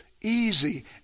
easy